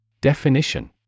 Definition